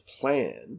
plan